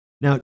Now